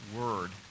word